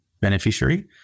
beneficiary